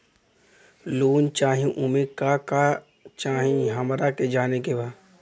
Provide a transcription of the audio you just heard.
Loan चाही उमे का का चाही हमरा के जाने के बा?